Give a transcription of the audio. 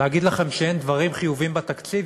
להגיד לכם שאין דברים חיוביים בתקציב?